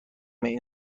این